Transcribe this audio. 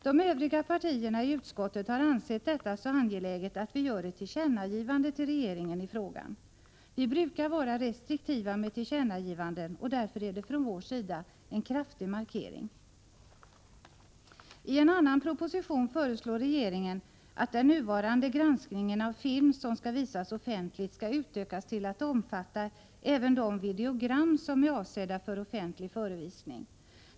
De övriga partierna i utskottet har ansett detta så angeläget att vi gör ett tillkännagivande till regeringen i frågan. Vi brukar vara restriktiva med tillkännagivanden, och därför är det från vår sida en kraftig markering. I en annan proposition föreslår regeringen att den nuvarande granskningen av film som skall visas offentligt skall utökas till att omfatta även de videogram som är avsedda för offentlig förevisning.